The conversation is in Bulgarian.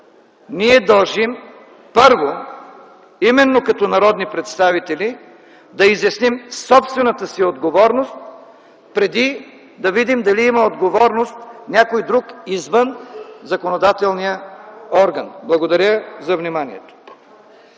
ние дължим, първо, именно като народни представители да изясним собствената си отговорност, преди да видим дали има отговорност някой друг извън законодателния орган. Благодаря за вниманието.